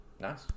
nice